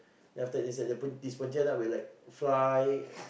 then after that is like the pon~ this pontianak will be like fly